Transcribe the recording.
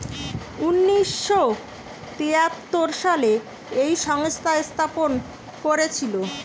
উনিশ শ তেয়াত্তর সালে এই সংস্থা স্থাপন করেছিল